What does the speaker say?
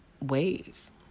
ways